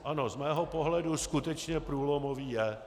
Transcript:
Ano, z mého pohledu skutečně průlomový je.